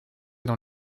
dans